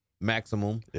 maximum